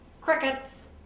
Crickets